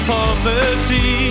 Poverty